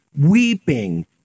weeping